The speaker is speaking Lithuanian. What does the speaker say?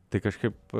tai kažkaip